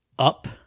up